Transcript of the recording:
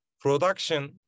production